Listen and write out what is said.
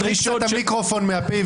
לדרישות של --- תרחיק את המיקרופון מהפה,